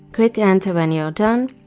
click enter when you're done.